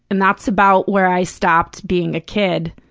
and that's about where i stopped being a kid,